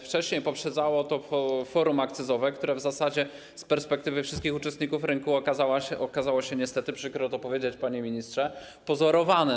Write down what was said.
Wcześniej poprzedzało to Forum Akcyzowe, które w zasadzie z perspektywy wszystkich uczestników rynku okazało się niestety - przykro to powiedzieć, panie ministrze - pozorowane.